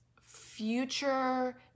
future